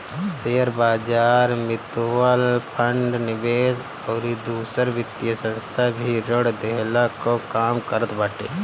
शेयरबाजार, mutual fund, निवेश अउरी दूसर वित्तीय संस्था भी ऋण देहला कअ काम करत बाटे